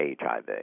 HIV